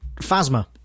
Phasma